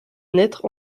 naître